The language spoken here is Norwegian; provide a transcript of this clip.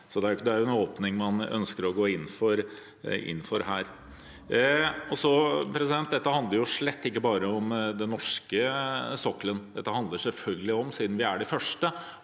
så det er jo en åpning man ønsker å gå inn for her. Dette handler slett ikke bare om den norske sokkelen. Det handler selvfølgelig også om – siden vi er de første